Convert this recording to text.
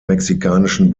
mexikanischen